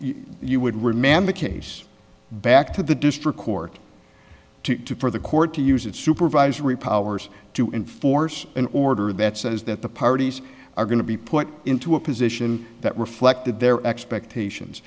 you would remember case back to the district court to the court to use it supervisory powers to enforce an order that says that the parties are going to be put into a position that reflected their expectations